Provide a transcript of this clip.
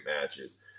matches